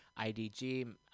idg